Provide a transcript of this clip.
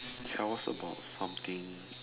tell us about something